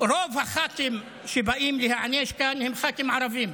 רוב הח"כים שבאים להיענש כאן הם ח"כים ערבים.